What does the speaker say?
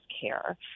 care